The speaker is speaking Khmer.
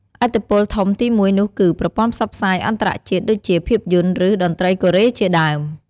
ឥទ្ធិពលធំទីមួយនោះគឺ ប្រព័ន្ធផ្សព្វផ្សាយអន្តរជាតិ ដូចជា ភាពយន្ត ឬ តន្រ្តីកូរ៉េជាដើម។